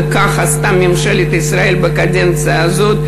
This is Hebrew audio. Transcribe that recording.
וכך עשתה ממשלת ישראל בקדנציה הזאת,